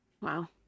Wow